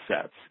sets